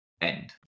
End